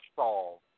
solve